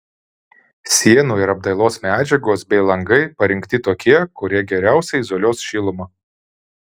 sienų ir apdailos medžiagos bei langai parinkti tokie kurie geriausiai izoliuos šilumą